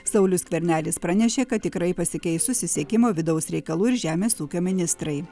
saulius skvernelis pranešė kad tikrai pasikeis susisiekimo vidaus reikalų ir žemės ūkio ministrai